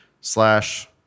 slash